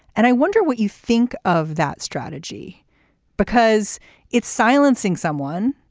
and i wonder what you think of that strategy because it's silencing someone.